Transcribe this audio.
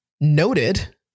noted